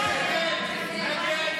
ההצעה